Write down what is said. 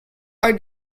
are